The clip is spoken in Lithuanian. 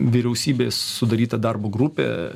vyriausybės sudaryta darbo grupė